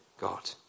God